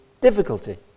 difficulty